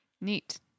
Neat